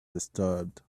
disturbed